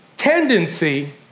Tendency